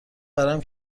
ورم